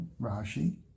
Rashi